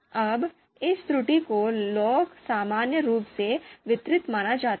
अब इस त्रुटि को लॉग सामान्य रूप से वितरित माना जाता है